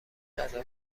ادا